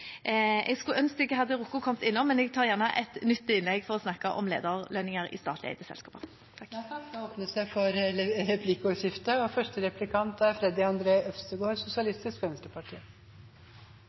Jeg skulle ønske jeg hadde rukket å komme innom det, men jeg tar gjerne et nytt innlegg for å snakke om lederlønninger i statlig eide selskaper. Det blir replikkordskifte. Jeg vil nevne noe jeg ikke rakk i mitt første